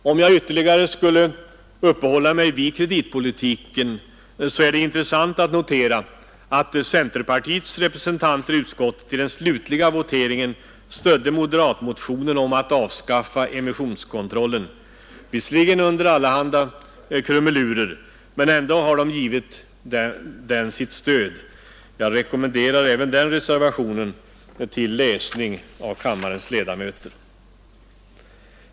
För att ytterligare uppehålla mig vid kreditpolitiken är det intressant att notera att centerpartiets representanter i utskottet i den slutliga voteringen stödde moderatmotionen om att avskaffa emissionskontrollen — det skedde visserligen under allehanda krumelurer, men de gav ändå det förslaget sitt stöd. Jag rekommenderar kammarens ledamöter även den delen av reservationen till läsning.